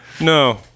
No